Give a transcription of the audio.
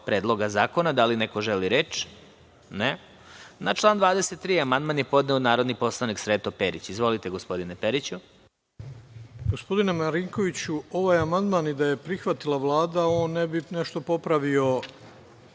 Predloga zakona. Da li neko želi reč? (Ne.)Na član 23. amandman je podneo narodni poslanik Sreto Perić. Izvolite, gospodine Periću. **Sreto Perić** Gospodine Marinkoviću, ovaj amandman i da je prihvatila Vlada on ne bi nešto popravio